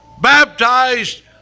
Baptized